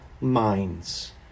minds